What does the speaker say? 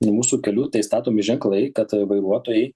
mūsų kelių tai statomi ženklai kad vairuotojai